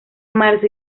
marzo